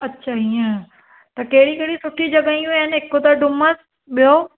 अच्छा इयं त कहिड़ी कहिड़ी सुठी जॻहियूं आहिनि हिकु त डुमस ॿियों